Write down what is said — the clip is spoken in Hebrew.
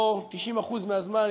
פה 90% מהזמן,